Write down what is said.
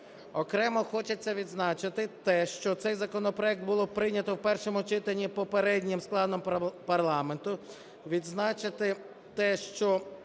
Окремо хочеться відзначити те, що цей законопроект було прийнято в першому читанні попереднім складом парламенту, відзначити те, що